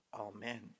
Amen